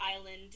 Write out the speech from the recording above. Island